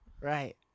Right